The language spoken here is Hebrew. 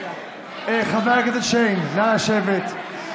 חבר הכנסת אורבך, נא לשבת.